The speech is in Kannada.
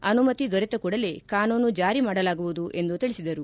ಅನುಮತಿ ದೊರೆತ ಕೂಡಲೇ ಕಾನೂನು ಜಾರಿ ಮಾಡಲಾಗುವುದು ಎಂದು ತಿಳಿಸಿದರು